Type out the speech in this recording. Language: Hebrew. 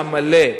המלא,